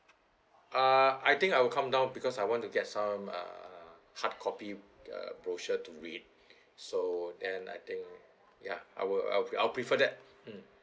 ah I think I will come down because I want to get some uh hard copy uh brochure to read so and I think ya I would I would prefer that